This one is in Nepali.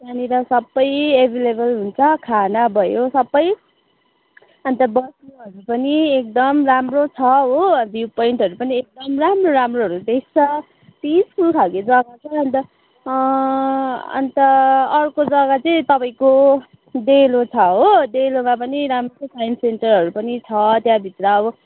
त्यहाँनिर सबै एभाइलेबल हुन्छ खाना भयो सबै अन्त बस्नुहरू पनि एकदम राम्रो छ हो भ्यू पोइन्टहरू पनि एकदम राम्रो राम्रोहरू देख्छ पिसफुल खालको जग्गा छ अन्त अन्त अर्को जग्गा चाहिँ तपाईँको डेलो छ हो डेलोमा पनि राम्रो छ साइन्स सेन्टरहरू पनि छ त्यहाँभित्र अब